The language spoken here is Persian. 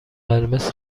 قرمز